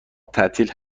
تعطیل